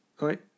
Right